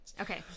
okay